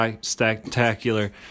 spectacular